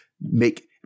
make